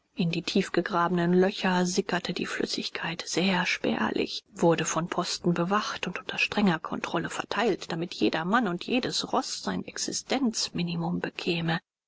in die tief gegrabenen löcher sickerte die flüssigkeit sehr spärlich wurde von posten bewacht und unter strenger kontrolle verteilt damit jeder mann und jedes roß sein existenzminimum bekäme